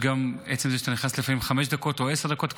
עצם זה שאתה נכנס לפעמים לחמש דקות או עשר דקות,